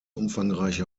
umfangreiche